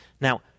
Now